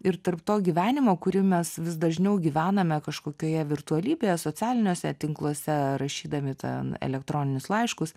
ir tarp to gyvenimo kurį mes vis dažniau gyvename kažkokioje virtualybėje socialiniuose tinkluose ar rašydami ten elektroninius laiškus